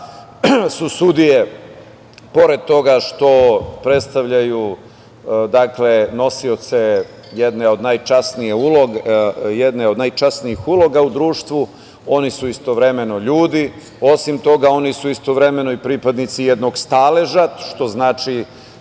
su sudije, pored toga što predstavljaju nosioce jedne od najčasnijih uloga u društvu, oni su istovremeno ljudi. Osim toga, oni su istovremeno i pripadnici jednog staleža, što znači